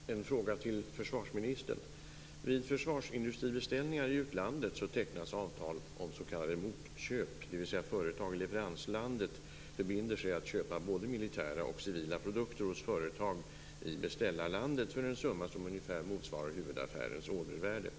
Fru talman! Jag skulle vilja ställa en fråga till försvarsministern. Vid försvarsindustribeställningar i utlandet tecknas avtal om s.k. motköp - företag i leveranslandet förbinder sig att köpa både militära och civila produkter hos företag i beställarlandet; detta för en summa som ungefärligen motsvarar huvudaffärens ordervärde.